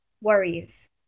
worries